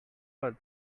what